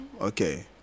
okay